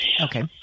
Okay